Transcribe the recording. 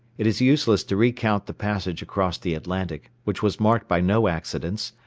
it is useless to recount the passage across the atlantic, which was marked by no accidents,